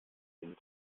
gehen